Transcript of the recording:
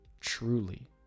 Truly